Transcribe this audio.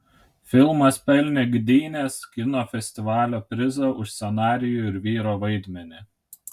filmas pelnė gdynės kino festivalio prizą už scenarijų ir vyro vaidmenį